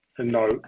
no